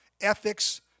ethics